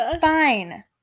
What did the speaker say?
Fine